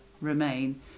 remain